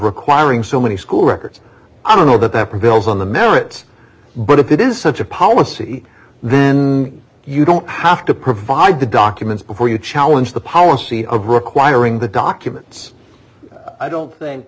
requiring so many school records i don't know that there are bills on the merits but if it is such a policy then you don't have to provide the documents before you challenge the policy of requiring the documents i don't think